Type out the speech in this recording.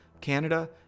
Canada